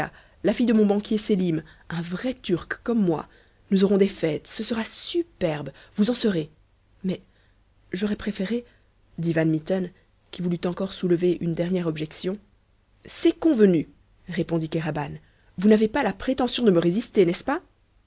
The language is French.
la fille de mon banquier sélim un vrai turc comme moi nous aurons des fêtes ce sera superbe vous en serez mais j'aurais préféré dit van mitten qui voulut encore soulever une dernière objection c'est convenu répondit kéraban vous n'avez pas la prétention de me résister n'est-ce pas